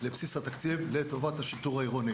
התקציב לטובת השיטור העירוני.